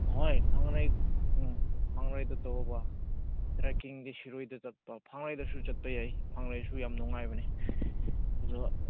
ꯍꯣꯏ ꯐꯥꯡꯔꯩ ꯎꯝ ꯐꯥꯡꯔꯩꯗ ꯇꯧꯕ ꯇ꯭ꯔꯦꯛꯀꯤꯡꯗꯤ ꯁꯤꯔꯣꯏꯗ ꯆꯠꯄ ꯐꯪꯔꯩꯗꯁꯨ ꯆꯠꯄ ꯌꯥꯏ ꯐꯪꯔꯩꯁꯨ ꯌꯥꯝ ꯅꯨꯡꯉꯥꯏꯕꯅꯦ ꯑꯗꯨꯒ